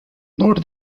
note